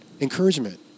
encouragement